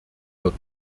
wird